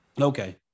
Okay